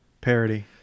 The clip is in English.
parody